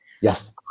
Yes